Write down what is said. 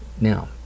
now